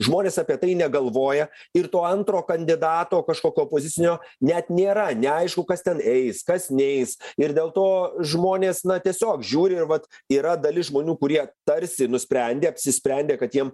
žmonės apie tai negalvoja ir to antro kandidato kažkokio opozicinio net nėra neaišku kas ten eis kas neis ir dėl to žmonės na tiesiog žiūri ir vat yra dalis žmonių kurie tarsi nusprendė apsisprendė kad jiem